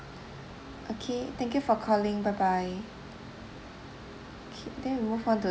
okay thank you for calling bye bye okay then we move on to